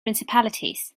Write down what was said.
principalities